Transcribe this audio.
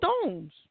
Stones